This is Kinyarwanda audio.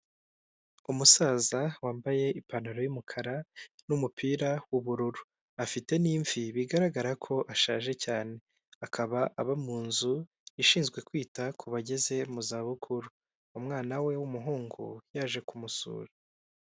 Umusaza wambaye ipantaro y'umukara n'umupira w'ubururu afite n'imvi bigaragara ko ashaje cyane akaba aba mu nzu ishinzwe kwita ku bageze mu zabukuru umwana we w'umuhungu yaje kumusura.